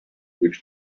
which